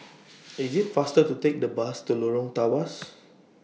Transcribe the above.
IT IS faster to Take The Bus to Lorong Tawas